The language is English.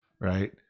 right